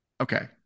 Okay